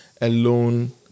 alone